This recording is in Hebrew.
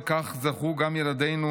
וכך גם זכו ילדינו,